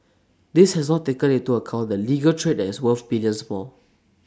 this has not taken into account the legal trade that is worth billions more